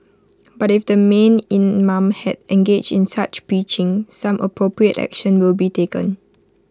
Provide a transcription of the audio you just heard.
but if the mean imam had engaged in such preaching some appropriate action will be taken